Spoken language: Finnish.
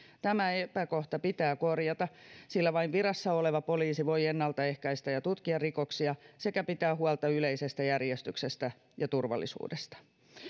tämä epäkohta pitää korjata sillä vain virassa oleva poliisi voi ennalta ehkäistä ja tutkia rikoksia sekä pitää huolta yleisestä järjestyksestä ja turvallisuudesta